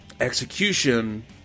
execution